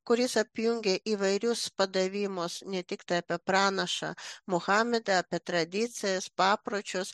kuris apjungia įvairius padavimus ne tiktai apie pranašą mahometą apie tradicijas papročius